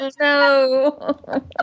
No